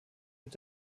mit